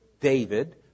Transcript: David